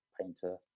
painter